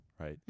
right